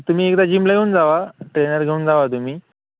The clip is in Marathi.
तुम्ही एकदा जिमला येऊन जा ट्रेनर घेऊन जा तुम्ही